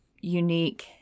unique